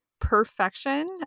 perfection